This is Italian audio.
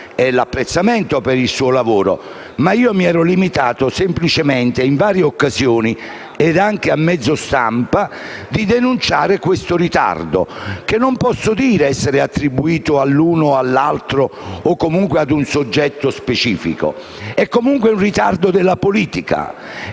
e l'apprezzamento per il suo lavoro. Io mi sono limitato semplicemente, in varie occasioni e anche a mezzo stampa, a denunciare questo ritardo che non posso dire essere attribuito all'uno o all'altro o comunque a un soggetto specifico. Si tratta comunque di un ritardo della politica,